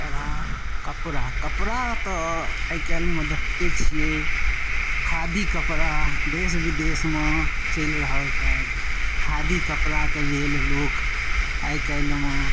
कपड़ा कपड़ा कपड़ा तऽ आइ काल्हिमे देखते छियै खादी कपड़ा देश बिदेशमे चलि रहल छथि खादी कपड़ाके लेल लोक आइ काल्हिमे